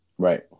Right